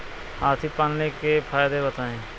हाथी पालने के फायदे बताए?